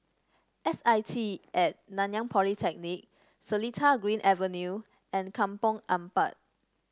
S I T At Nanyang Polytechnic Seletar Green Avenue and Kampong Ampat